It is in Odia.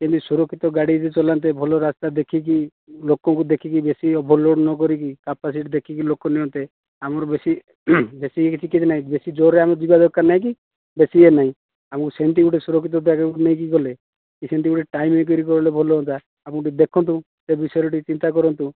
କେମିତି ସୁରକ୍ଷିତ ଗାଡ଼ି ଚଲାନ୍ତେ ଭଲ ରାସ୍ତା ଦେଖିକି ଲୋକ ଙ୍କୁ ଦେଖିକି ବେଶୀ ଓଭର ଲୋଡ଼ ନକରିକି କାପାସିଟି ଦେଖି ଲୋକ ନିଅନ୍ତେ ଆମର ବେଶୀ ଜୋରରେ ଯିବା ଦରକାର ନାହିଁ କି ବେଶୀ ନାହିଁ ଆମକୁ ସେମିତି ଗୋଟେ ସୁରକ୍ଷିତ ଜାଗାକୁ ନେଇକି ଗଲେ ସେମିତି ଗୋଟେ ଟାଇମ କଲେ ଭଲ ହୁଅନ୍ତା ଆପଣ ଟିକେ ଦେଖନ୍ତୁ ସେ ବିଷୟରେ ଟିକେ ଚିନ୍ତା କରନ୍ତୁ